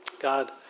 God